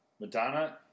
Madonna